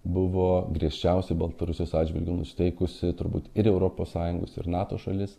buvo griežčiausia baltarusijos atžvilgiu nusiteikusi turbūt ir europos sąjungos ir nato šalis